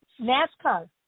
NASCAR